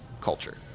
culture